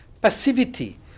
Passivity